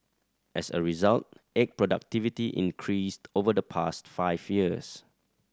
as a result egg productivity increased over the past five years